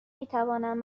نمیتوانند